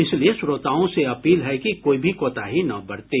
इसलिए श्रोताओं से अपील है कि कोई भी कोताही न बरतें